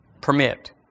permit